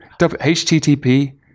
http